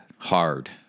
Hard